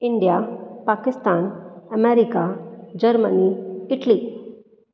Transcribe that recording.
India Pakistan America Germany Italy